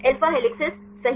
alpha helices सही